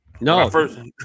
No